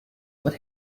what